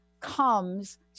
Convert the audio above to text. comes